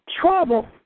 Trouble